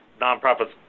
nonprofits